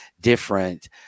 different